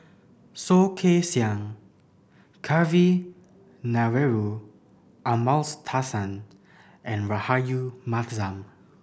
Soh Kay Siang Kavignareru Amallathasan and Rahayu Mahzam